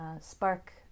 spark